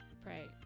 pray